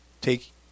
Take